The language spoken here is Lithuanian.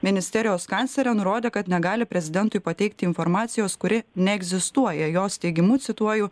ministerijos kanclerė nurodė kad negali prezidentui pateikti informacijos kuri neegzistuoja jos teigimu cituoju